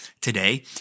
today